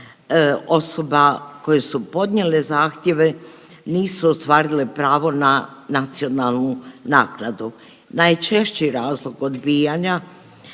osoba koje su podnijele zahtjeve nisu ostvarile pravo na nacionalnu naknadu. Najčešći razlog odbijanja